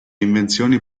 invenzioni